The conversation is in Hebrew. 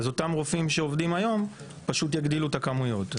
אז אותם רופאים שעובדים היום פשוט יגדילו את הכמויות.